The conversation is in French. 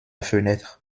fenêtre